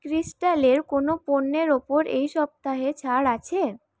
ক্রিস্টালের কোনও পণ্যের ওপর এই সপ্তাহে ছাড় আছে